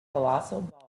colossal